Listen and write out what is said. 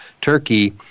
Turkey